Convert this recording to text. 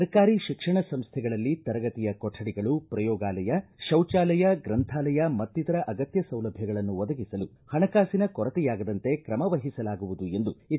ಸರ್ಕಾರಿ ಶಿಕ್ಷಣ ಸಂಸ್ಟೆಗಳಲ್ಲಿ ತರಗತಿಯ ಕೊಠಡಿಗಳು ಪ್ರಯೋಗಾಲಯ ಶೌಚಾಲಯ ಗ್ರಂಥಾಲಯ ಮತ್ತಿತರ ಅಗತ್ಯ ಸೌಲಭ್ಯಗಳನ್ನು ಒದಗಿಸಲು ಹಣಕಾಸಿನ ಕೊರತೆಯಾಗದಂತೆ ಕ್ರಮ ವಹಿಸಲಾಗುವುದು ಎಂದು ಎಚ್